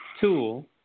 tool